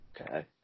Okay